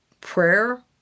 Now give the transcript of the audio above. prayer